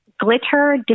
glitter